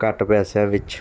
ਘੱਟ ਪੈਸਿਆਂ ਵਿੱਚ